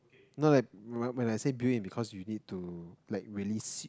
no like when when I say built in because you need to like really s~